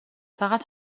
فقط